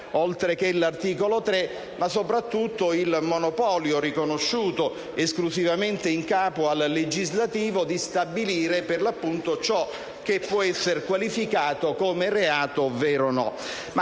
oltre che l'articolo 3 ma, soprattutto, il monopolio riconosciuto esclusivamente in capo al legislativo di stabilire ciò che può essere qualificato come reato ovvero no.